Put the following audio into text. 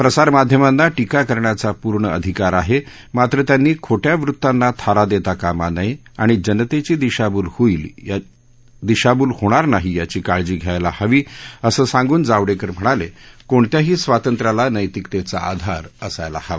प्रसार माध्यमांना टीका करण्याचा पूर्ण अधिकार आहे मात्र त्यांनी खोट्या वृतांना थारा देता कामा नये आणि जनतेची दिशाभूल होणार नाही यांची काळजी घ्यायला हवी असं सांगून जावडेकर म्हणाले कोणत्याही स्वातंत्र्याला नैतिकतेचा आधार असायला हवा